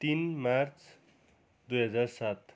तिन मार्च दुई हजार सात